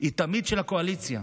היא תמיד של הקואליציה.